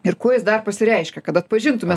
ir kuo jis dar pasireiškia kad atpažintume